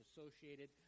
associated